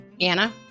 Anna